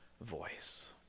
voice